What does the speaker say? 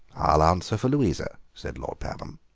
i'll answer for louisa, said lord pabham.